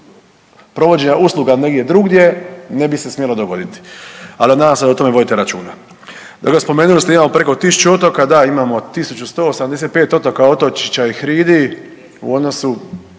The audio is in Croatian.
provođenja usluga negdje drugdje ne bi se smjelo dogoditi. Ali nadam se da o tome vodite računa. Drugo, spomenuli ste da imamo preko 1000 otoka, da imamo 1185 otoka, otočića i hridi u odnosu,